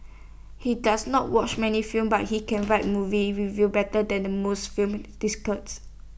he does not watch many films but he can write movie reviews better than the most film